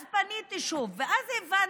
אז פניתי שוב, ואז הבנתי: